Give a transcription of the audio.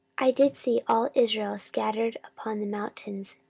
i did see all israel scattered upon the mountains,